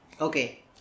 okay